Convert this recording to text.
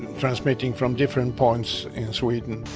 transmitting from different points in sweden,